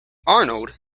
arnold